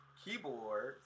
keyboard